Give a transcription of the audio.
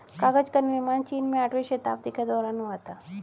कागज का निर्माण चीन में आठवीं शताब्दी के दौरान हुआ था